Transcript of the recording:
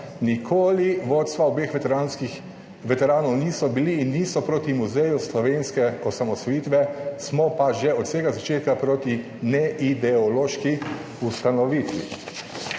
nikoli vodstva obeh veteranov niso bili in niso proti Muzeju slovenske osamosvojitve, smo pa že od vsega začetka proti neideološki ustanovitvi.«